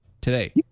today